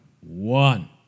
one